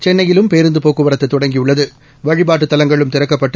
சென்னையிலும் பேருந்து போக்குவரத்து தொடங்கியுள்ளது வழிபாட்டு தலங்களும் திறக்கப்பட்டு